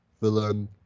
villain